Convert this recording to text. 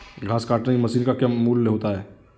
घास काटने की मशीन का मूल्य क्या है?